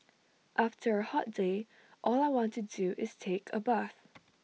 after A hot day all I want to do is take A bath